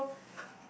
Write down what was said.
so